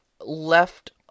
left